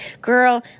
girl